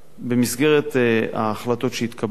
במסגרת ההחלטות שהתקבלו,